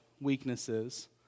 weaknesses